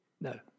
No